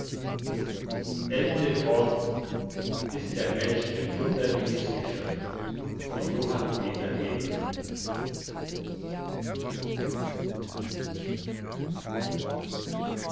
ist der mensch ein wunderliches geschöpf einem könig von